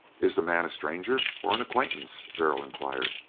is the man a stranger or an acquaintance? darrell inquired.